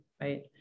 right